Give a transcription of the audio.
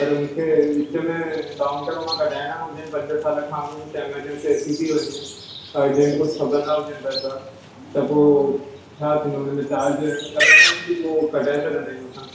पर मूंखे विच में लौंग टर्म मां कढाइणा हुॼनि पंज साल खां अॻु कुझु इमर्जेंसी अची थी वञे अर्जेंट कुझु खपंदा हुॼनि पैसा त पोइ छा थींदो हुन में चार्ज लॻंदा आहिनि कि उहो कढाए सघंदा आहियूं असां